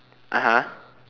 (uh huh)